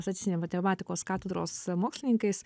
statistinė matematikos katedros mokslininkais